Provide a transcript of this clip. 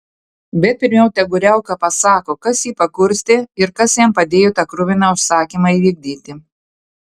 bet pirmiau tegul riauka pasako kas jį pakurstė ir kas jam padėjo tą kruviną užsakymą įvykdyti